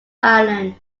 island